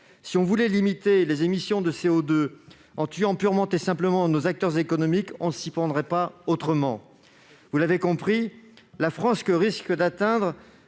Si on voulait limiter les émissions de CO2 en tuant purement et simplement nos acteurs économiques, on ne s'y prendrait pas autrement ! La France risque ainsi